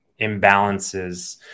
imbalances